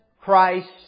Christ